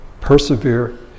persevere